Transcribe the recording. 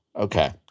Okay